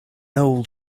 old